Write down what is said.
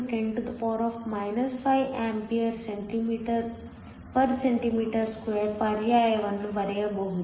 94 x 10 5 A cm 2 ಪರ್ಯಾಯವನ್ನು ಬರೆಯಬಹುದು